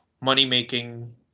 money-making